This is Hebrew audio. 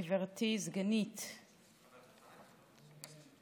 גברתי סגנית המזכירה.